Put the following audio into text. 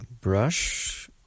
brush